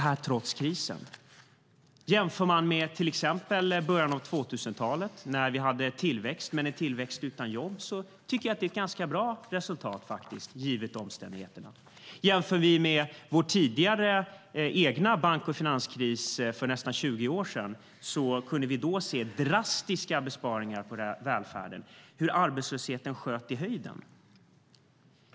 Om vi jämför med hur det var i början av 2000-talet när vi hade tillväxt, men en tillväxt utan jobb, tycker jag att det är ett ganska bra resultat givet omständigheterna. Om vi jämför med hur det var vid vår tidigare egna bank och finanskris för nästan 20 år sedan kunde vi då se drastiska besparingar på välfärden och hur arbetslösheten sköt i höjden.